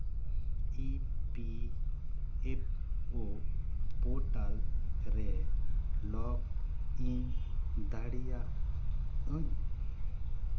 E P F O ᱯᱳᱨᱴᱟᱞᱨᱮ login ᱫᱟᱲᱮᱭᱟᱜᱼᱟᱹᱧ